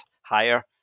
higher